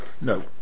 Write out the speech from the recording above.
No